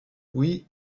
oui